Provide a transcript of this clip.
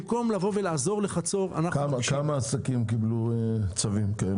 במקום לבוא ולעזור לחצור אנחנו --- כמה עסקים קיבלו צווים כאלה?